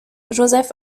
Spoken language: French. joseph